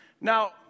Now